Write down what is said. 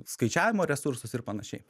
skaičiavimo resursus ir panašiai